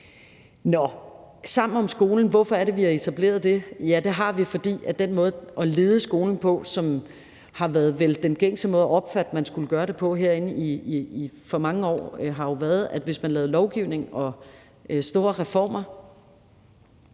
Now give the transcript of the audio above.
Nå, Sammen om skolen – hvorfor er det, vi har etableret det? Det har vi, fordi den måde at lede skolen på – som vel har været den gængse opfattelse af, hvordan man skulle gøre det herinde i mange år – jo har været, at hvis man lavede lovgivning og store reformer,